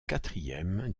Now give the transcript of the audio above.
quatrième